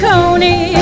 Coney